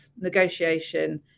negotiation